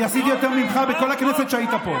אני עשיתי יותר ממך בכל הכנסת שהיית פה.